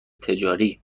تجاری